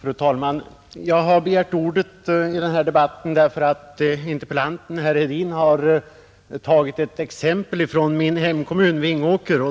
Fru talman! Jag har begärt ordet i den här debatten därför att interpellanten, herr Hedin, har tagit ett exempel från min hemkommun, Vingåker.